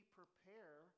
prepare